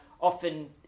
often